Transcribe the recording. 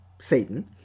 Satan